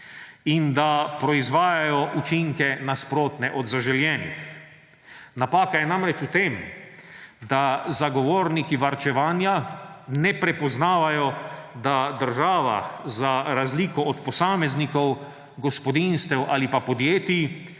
in da proizvajajo učinke, nasprotne od zaželenih. Napaka je namreč v tem, da zagovorniki varčevanja ne prepoznavajo, da država za razliko od posameznikov, gospodinjstev ali pa podjetij